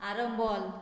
Arambol